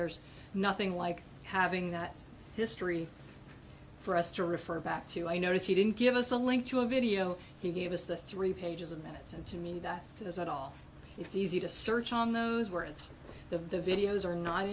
there's nothing like having that's history for us to refer back to i notice you didn't give us a link to a video he gave us the three pages of minutes and to me that says at all it's easy to search on those words the videos